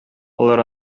алар